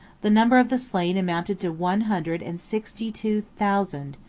the number of the slain amounted to one hundred and sixty-two thousand,